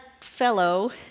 fellow